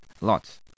lots